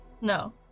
No